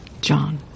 John